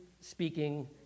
speaking